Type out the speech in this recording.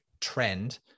trend